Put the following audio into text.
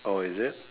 orh is it